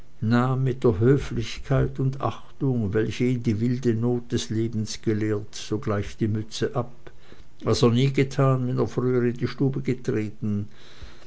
mit der höflichkeit und achtung welche ihn die wilde not des lebens gelehrt sogleich die mütze ab was er nie getan wenn er früher in die stube getreten